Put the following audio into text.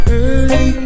early